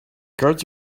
guards